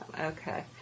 Okay